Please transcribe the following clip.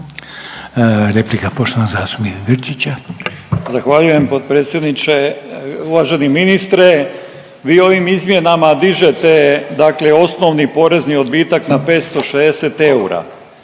Grčića. **Grčić, Branko (SDP)** Zahvaljujem potpredsjedniče. Uvaženi ministre, vi ovim izmjenama dižete dakle osnovni porezni odbitak na 560 eura,